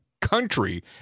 country